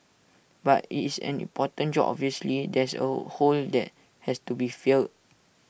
but IT is an important job obviously there's A hole that has to be filled